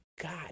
God